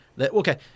Okay